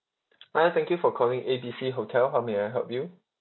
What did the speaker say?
hi thank you for calling A B C hotel how may I help you